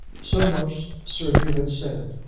so much sir hugh had said,